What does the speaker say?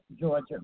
Georgia